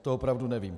To opravdu nevím.